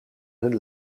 hun